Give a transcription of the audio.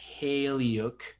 Haleyuk